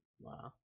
Wow